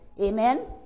Amen